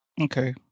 Okay